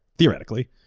theoretically.